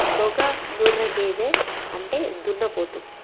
మొగ ముర్రె గేదె అంటే దున్నపోతు